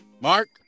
Mark